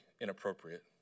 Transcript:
inappropriate